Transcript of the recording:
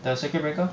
the circuit breaker